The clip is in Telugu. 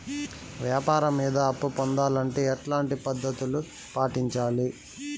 వ్యాపారం మీద అప్పు పొందాలంటే ఎట్లాంటి పద్ధతులు పాటించాలి?